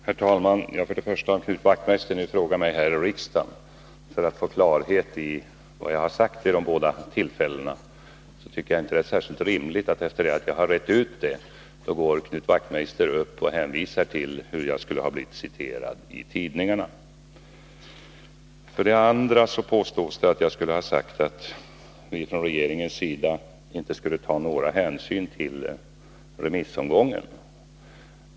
Herr talman! För det första: Knut Wachtmeister frågar mig här i riksdagen för att få klarhet i vad jag har sagt vid de båda tillfällena. Jag tycker då inte att det är särskilt rimligt att han efter det att jag har rett ut detta går upp och hänvisar till hur jag skulle ha blivit citerad i tidningarna. För det andra: Det påstås att jag skulle ha sagt att vi från regeringens sida inte skulle ta någon hänsyn till remissomgången.